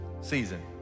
season